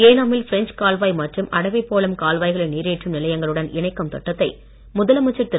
ஏனாமில் பிரெஞ்ச் கால்வாய் மற்றும் அடபிபோலம் கால்வாய்களை நீரேற்றும் நிலையங்களுடன் இணைக்கும் திட்டத்தை முதலமைச்சர் திரு